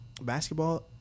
basketball